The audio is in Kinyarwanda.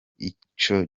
ico